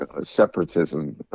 separatism